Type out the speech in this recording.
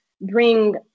bring